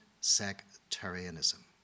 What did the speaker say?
sectarianism